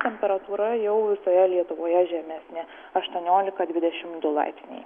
temperatūra jau visoje lietuvoje žemesnė aštuoniolika dvidešim du laipsniai